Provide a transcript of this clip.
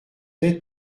être